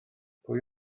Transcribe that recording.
pwy